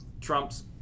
trump's